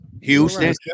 Houston